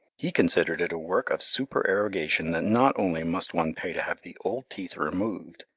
he considered it a work of supererogation that not only must one pay to have the old teeth removed,